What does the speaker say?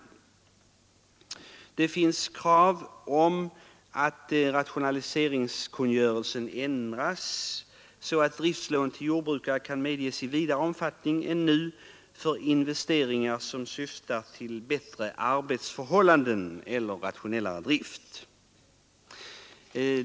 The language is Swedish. Vidare finns krav på att rationaliseringskungörelsen skall ändras så att driftslån till jordbrukare kan medges i vidare omfattning än nu för investeringar som syftar till bättre arbetsförhållanden eller rationellare drift.